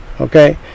Okay